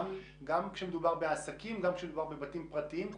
גם כשמדובר בעסקים וגם כשמדובר בבתים פרטיים,